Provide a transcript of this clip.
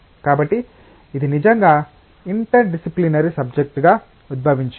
కాబట్టి ఇది నిజంగా ఇంటర్ డిసిప్లినరీ సబ్జెక్టుగా ఉద్భవించింది